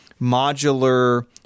modular